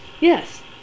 Yes